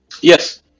Yes